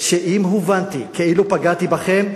שאם הובנתי כאילו פגעתי בכם,